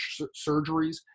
surgeries